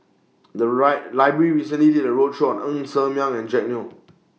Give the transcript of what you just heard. The Library recently did A roadshow Ng Ser Miang and Jack Neo